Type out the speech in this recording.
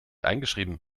eingeschrieben